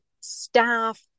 staff